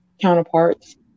counterparts